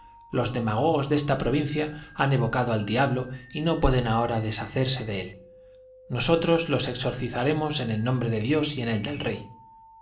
los demagogos de esta provincia han evocado al diablo y no pueden ahora deshacerse de él nosotros los exorcizaremos en el nombre de dios y en el del rey